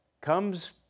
comes